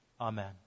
Amen